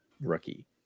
rookie